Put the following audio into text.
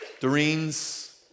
Doreen's